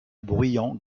bruyant